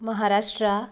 Maharashtra